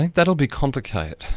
and that'll be complicated.